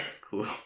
Cool